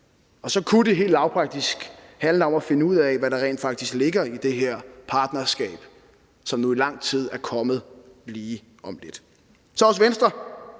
Og så kunne det helt lavpraktisk handle om at finde ud af, hvad der rent faktisk ligger i det her partnerskab, som jo i lang tid er kommet lige om lidt. Så i Venstre